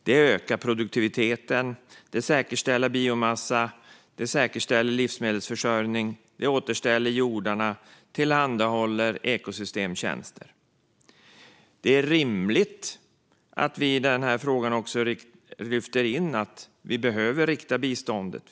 Det ökar produktiviteten, säkerställer biomassa, säkerställer livsmedelsförsörjning, återställer jordarna och tillhandahåller ekosystemtjänster. Det är rimligt att vi i den här frågan också lyfter in att vi behöver rikta biståndet.